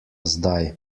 zdaj